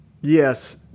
Yes